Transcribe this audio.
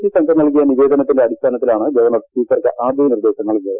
P സംഘം നൽകിയ നിവേദനത്തിന്റെ അടിസ്ഥാനത്തിലാണ് ഗവർണർ സ്പീക്കർക്ക് ആദ്യം നിർദ്ദേശം നൽകിയത്